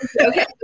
Okay